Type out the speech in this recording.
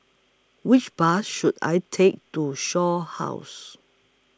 Which Bus should I Take to Shaw House